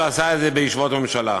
הוא עשה את זה בישיבות ממשלה.